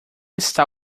está